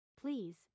Please